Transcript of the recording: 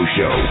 Show